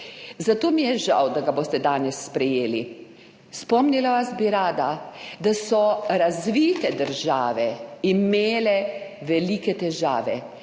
Zato mi je žal, da ga boste danes sprejeli. Spomnila bi vas rada, da so razvite države imele velike težave,